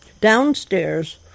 downstairs